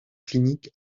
clinique